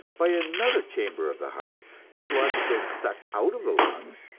by another chamber of the heart the blood is then sucked out of the lungs,